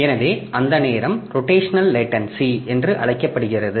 எனவே அந்த நேரம் ரொட்டேஷனல் லேடன்சி என்று அழைக்கப்படுகிறது